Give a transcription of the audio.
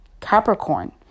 Capricorn